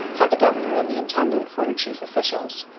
had the governor and the intendant for her chief officials,